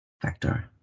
factor